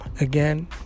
again